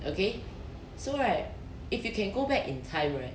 okay so right if you can go back in time right